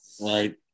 right